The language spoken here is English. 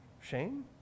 shame